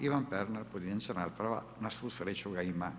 Ivan Pernar, pojedinačna rasprava, na svu sreću ga ima.